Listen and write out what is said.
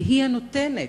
והיא הנותנת,